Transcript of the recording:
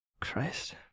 Christ